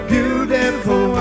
Beautiful